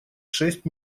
шесть